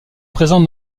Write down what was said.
présent